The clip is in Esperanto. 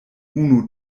unu